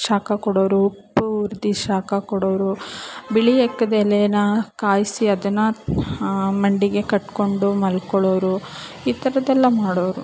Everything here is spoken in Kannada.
ಶಾಖ ಕೊಡೋರು ಪೂರ್ತಿ ಶಾಖ ಕೊಡೋರು ಬಿಳಿ ಎಕ್ಕದ ಎಲೇನ ಕಾಯಿಸಿ ಅದನ್ನು ಮಂಡಿಗೆ ಕಟ್ಕೊಂಡು ಮಲ್ಕೊಳ್ಳೋರು ಈ ಥರದೆಲ್ಲ ಮಾಡೋರು